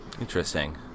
Interesting